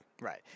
Right